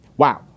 Wow